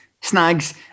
snags